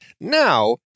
Now